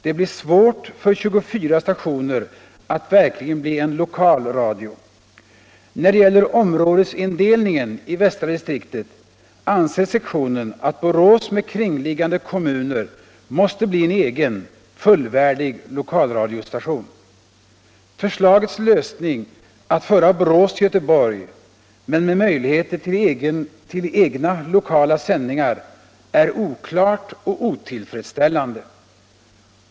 Det blir svårt för 24 stationer att verkligen bli en lokalradio. När det gäller områdesindelningen i västra distriktet anser sektionen att Borås med kringliggande kommuner måste bli en egen, fullvärdig lokalradiostation. Förslagets lösning, att föra Borås till Göteborg, men med möjligheter till egna lokala sändningar, är oklart och otillfredsställande.